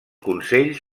consells